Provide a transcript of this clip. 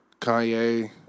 Kanye